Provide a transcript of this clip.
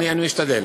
אני משתדל.